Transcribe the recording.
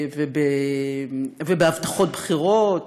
ובהבטחות בחירות